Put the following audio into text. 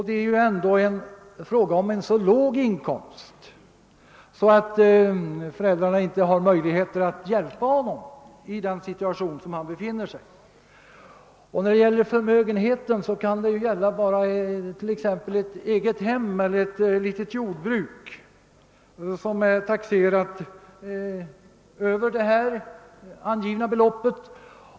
Det är ju ändå fråga om en så låg inkomst att föräldrarna inte har möjligheter att hjälpa honom i den situation vari han befinner sig. Förmögenheten kan t.ex. utgöras bara av ett eget hem eller ett litet jordbruk, som är taxerat över det angivna beloppet.